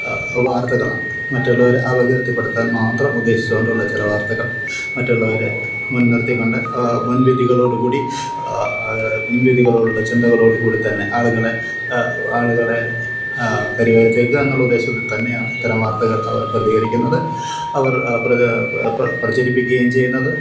വാർത്തകളാണ് മറ്റുള്ളവരെ അവകീർത്തിപ്പെടുത്താൻ മാത്രം ഉദ്ദേശിച്ചുകൊണ്ടുള്ള ചില വാർത്തകൾ മറ്റുള്ളവരെ മുൻനിർത്തിക്കൊണ്ട് മുൻവിധികളോടുകൂടി മുൻവിധികളോടുള്ള ചിന്തകളോടു കൂടി തന്നെ ആളുകളെ ആളുകളെ കരിവാരി തേക്കുക എന്നുള്ള ഉദ്ദേശത്തിൽ തന്നെയാണ് ഇത്തരം വാർത്തകൾ അവർ പ്രതികരിക്കുന്നത് അവർ പ്രചരിപ്പിക്കുകയും ചെയ്യുന്നത്